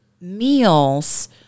meals